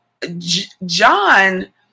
John